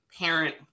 parent